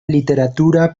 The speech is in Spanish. literatura